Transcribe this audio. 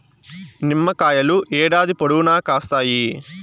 నిమ్మకాయలు ఏడాది పొడవునా కాస్తాయి